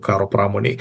karo pramonėj